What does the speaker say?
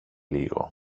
λίγο